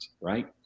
right